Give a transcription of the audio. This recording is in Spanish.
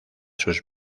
sus